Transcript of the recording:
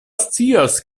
scias